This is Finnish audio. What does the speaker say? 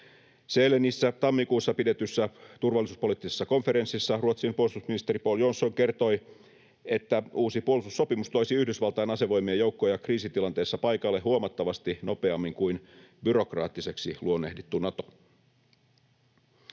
Sälenissä tammikuussa pidetyssä turvallisuuspoliittisessa konferenssissa Ruotsin puolustusministeri Pål Jonson kertoi, että uusi puolustussopimus toisi Yhdysvaltain asevoimien joukkoja kriisitilanteessa paikalle huomattavasti nopeammin kuin byrokraattiseksi luonnehdittu Nato.